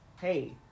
hey